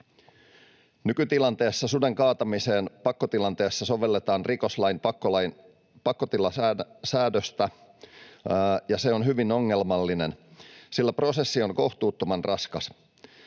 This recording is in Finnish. Nykytilanteessa suden kaatamiseen pakkotilanteessa sovelletaan rikoslain pakkotilasäädöstä, ja se on hyvin ongelmallinen, sillä prosessi on kohtuuttoman raskas.